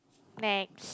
next